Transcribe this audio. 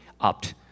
opt